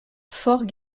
fort